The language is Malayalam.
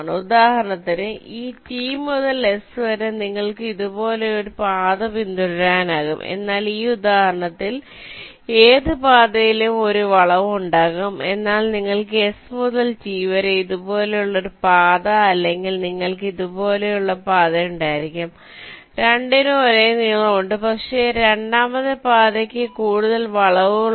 ഉദാഹരണത്തിന് ഈ T മുതൽ S വരെ നിങ്ങൾക്ക് ഇതുപോലുള്ള ഒരു പാത പിന്തുടരാനാകും എന്നാൽ ഈ ഉദാഹരണത്തിൽ ഏത് പാതയിലും 1 വളവ് ഉണ്ടാകും എന്നാൽ നിങ്ങൾക്ക് S മുതൽ T വരെ ഇതുപോലുള്ള പാത അല്ലെങ്കിൽ നിങ്ങൾക്ക് ഇതുപോലൊരു പാത ഉണ്ടായിരിക്കാം രണ്ടിനും ഒരേ നീളമുണ്ട് പക്ഷേ രണ്ടാമത്തെ പാതയ്ക്ക് കൂടുതൽ വളവുകളുണ്ട്